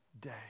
day